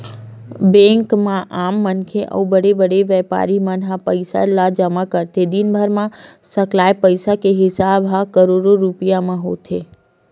bank म आम मनखे अउ बड़े बड़े बेपारी मन ह पइसा ल जमा करथे, दिनभर म सकलाय पइसा के हिसाब ह करोड़ो रूपिया म होथे